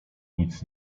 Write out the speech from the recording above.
nic